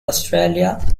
australia